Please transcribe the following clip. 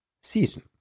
Season